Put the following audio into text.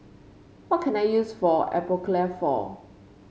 what can I use Atopiclair for